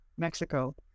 mexico